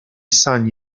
san